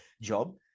job